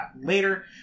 later